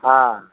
हाँ